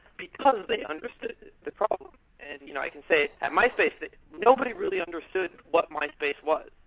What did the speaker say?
because they understood the problem and you know i can say at myspace that nobody really understood what myspace was,